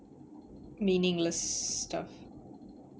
meaningless stuff